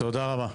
תודה רבה.